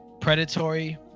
predatory